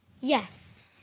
yes